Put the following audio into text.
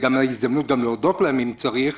זאת גם ההזדמנות להודות להם, אם צריך.